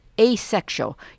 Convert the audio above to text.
Asexual